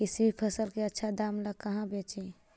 किसी भी फसल के आछा दाम ला कहा बेची?